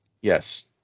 Yes